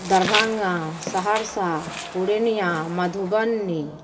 Darbhanga Saharsa Purnia Madhubani